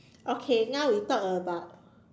okay now we talk about